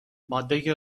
ماده